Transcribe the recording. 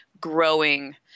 growing